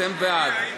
אתם בעד.